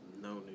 No